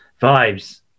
vibes